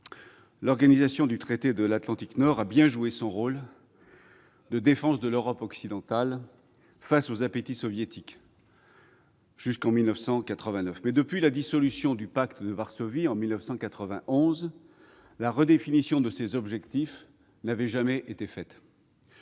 l'Organisation du traité de l'Atlantique Nord a bien joué son rôle de défense de l'Europe occidentale face aux appétits soviétiques jusqu'en 1989. Toutefois, depuis la dissolution du Pacte de Varsovie, en 1991, ses objectifs n'ont jamais été